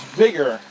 bigger